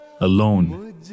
alone